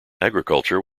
agriculture